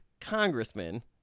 congressman